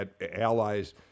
allies